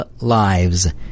lives